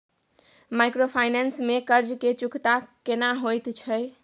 Microfinance में कर्ज के चुकता केना होयत छै?